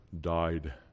died